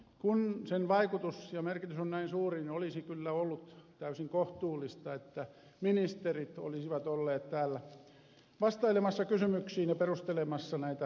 kun sen vaikutus ja merkitys ovat näin suuret olisi kyllä ollut täysin kohtuullista että ministerit olisivat olleet täällä vastailemassa kysymyksiin ja perustelemassa näitä valintoja